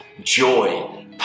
joy